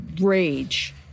rage